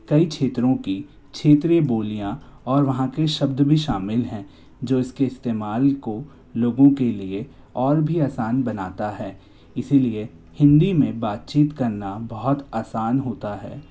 कई क्षेत्रों की क्षेत्रीय बोलियाँ और वहाँ के शब्द भी शामिल हैं जो इसके इस्तेमाल को लोगों के लिए और भी आसान बनाता है इसी लिए हिंदी में बातचीत करना बहुत आसान होता है